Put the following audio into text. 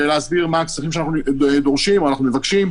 ולהסביר מה הכספים שאנחנו דורשים או מבקשים,